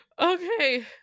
Okay